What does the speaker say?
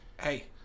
hey